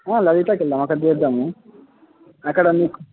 ఆ లలితాకు వెళ్దాం అక్కడ చూద్దాము అక్కడ నీకు